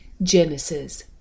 Genesis